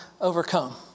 overcome